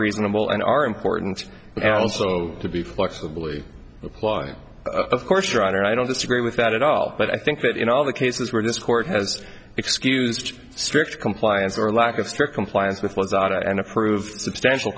reasonable and are important and also to be flexibly apply of course your honor i don't disagree with that at all but i think that in all the cases where this court has excused strict compliance or lack of strict compliance with was out and approved substantial